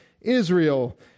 Israel